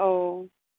औ